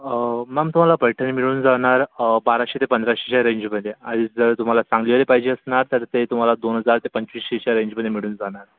अं ma'am तुम्हाला पैठणी मिळून जाणार अं बाराशे ते पंधराशेच्या रेंजमध्ये आणि जर तुम्हाला चांगली वाली पाहिजे असणार तर ते तुम्हाला दोन हजार ते पंचवीसशेच्या रेंजमध्ये मिडून जाणार